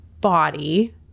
body